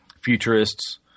futurists